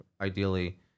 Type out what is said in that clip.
ideally